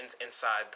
inside